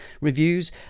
reviews